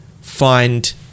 find